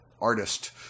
artist